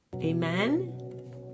Amen